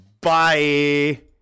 Bye